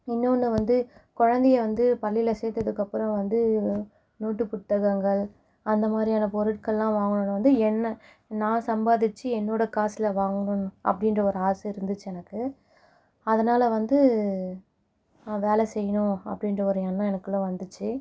இன்னோன்று வந்து குழந்தைய வந்து பள்ளியில் சேர்த்ததுக்கப்புறோம் வந்து நோட்டு புத்தகங்கள் அந்த மாதிரியான பொருட்கள்லாம் வாங்கணுனால் வந்து என்ன நான் சம்பாதித்து என்னோடய காசில் வாங்கணும் அப்படின்ற ஒரு ஆசை இருந்துச்சு எனக்கு அதனால் வந்து நான் வேலை செய்யணும் அப்படின்ற ஒரு எண்ணம் எனக்குள்ளே வந்துச்சு